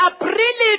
April